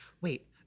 Wait